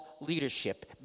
leadership